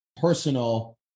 personal